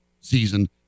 season